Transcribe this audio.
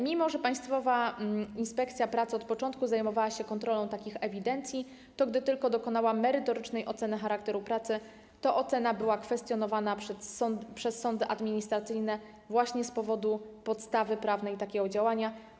Mimo że Państwowa Inspekcja Pracy od początku zajmowała się kontrolą takich ewidencji, to gdy tylko dokonała merytorycznej oceny charakteru pracy, to ocena była kwestionowana przez sądy administracyjne właśnie z powodu podstawy prawnej takiego działania.